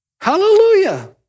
Hallelujah